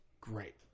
great